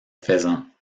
faisan